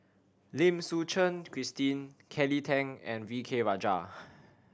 Lim Suchen Christine Kelly Tang and V K Rajah